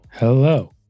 Hello